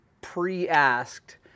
pre-asked